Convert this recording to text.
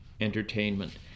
entertainment